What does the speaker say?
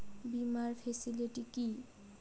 বীমার ফেসিলিটি কি?